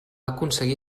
aconseguir